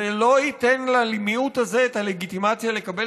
זה לא ייתן למיעוט הזה את הלגיטימציה לקבל